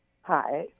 Hi